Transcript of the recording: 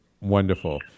Wonderful